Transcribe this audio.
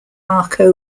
marco